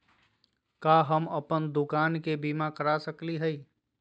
का हम अप्पन दुकान के बीमा करा सकली हई?